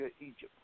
Egypt